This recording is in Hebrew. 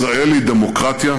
ישראל היא דמוקרטיה,